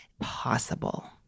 possible